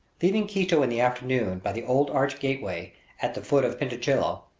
leaving quito in the afternoon by the old arched gateway at the foot of panecillo,